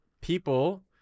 people